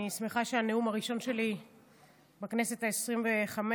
אני שמחה שהנאום הראשון שלי בכנסת העשרים-וחמש,